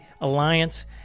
Alliance